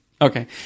okay